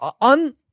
on